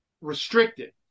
restricted